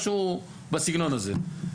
משהו בסגנון הזה.